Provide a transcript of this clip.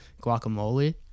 guacamole